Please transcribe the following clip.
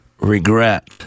Regret